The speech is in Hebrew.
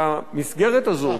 והמסגרת הזאת,